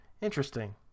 Interesting